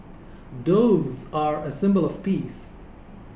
doves are a symbol of peace